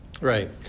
right